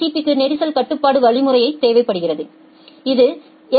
பிக்கு நெரிசல் கட்டுப்பாட்டு வழிமுறை தேவைப்படுகிறது இது எஃப்